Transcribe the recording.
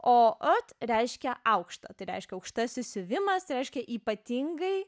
o ot reiškia aukštą tai reiškia aukštasis siuvimas reiškia ypatingai